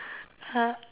!huh!